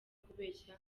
kubeshya